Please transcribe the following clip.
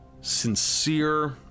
sincere